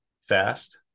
fast